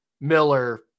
Miller